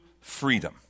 freedom